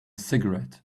cigarette